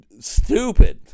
stupid